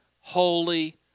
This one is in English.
holy